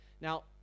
Now